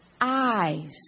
eyes